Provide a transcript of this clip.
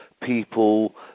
people